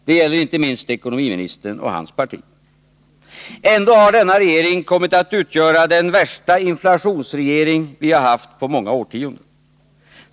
Det gäller Nr 29 inte minst ekonomiministern och hans parti. Ändå har denna regering Torsdagen den kommit att utgöra den värsta inflationsregering vi har haft på många 20 november 1980 årtionden.